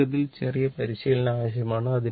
തുടക്കത്തിൽ ചെറിയ പരിശീലനം ആവശ്യമാണ്